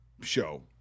show